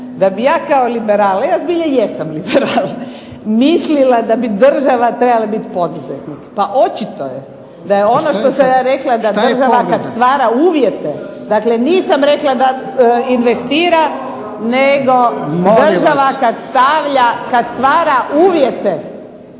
da bi ja kao liberal, ja zbilja jesam liberal, mislila da bi država trebala biti poduzetnik? Pa očito je da je ono što sam ja rekla da država stvara uvjete… **Jarnjak, Ivan (HDZ)** Šta je